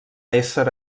ésser